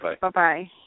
Bye-bye